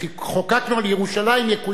שחוקקנו על ירושלים יקוימו.